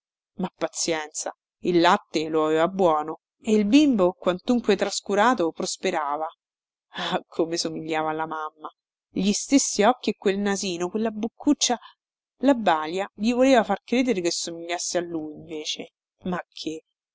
ma pazienza il latte lo aveva buono e il bimbo quantunque trascurato prosperava ah come somigliava alla mamma gli stessi occhi e quel nasino quella boccuccia la balia gli voleva far credere che somigliasse a lui invece ma che